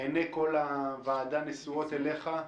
עיני כל הוועדה נשואות אליך.